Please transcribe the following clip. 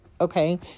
okay